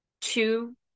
two